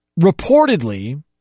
reportedly